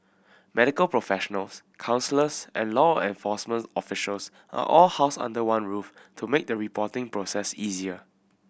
medical professionals counsellors and law enforcement officials are all housed under one roof to make the reporting process easier